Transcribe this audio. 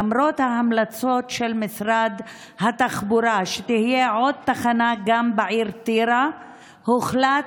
למרות ההמלצות של משרד התחבורה שתהיה עוד תחנה גם בעיר טירה הוחלט,